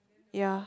ya